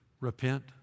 repent